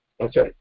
Okay